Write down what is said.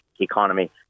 economy